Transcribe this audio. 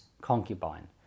concubine